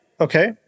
Okay